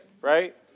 right